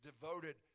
devoted